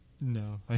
no